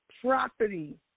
property